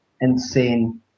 insane